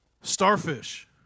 starfish